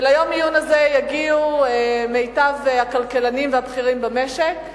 וליום העיון הזה יגיעו מיטב הכלכלנים והבכירים במשק,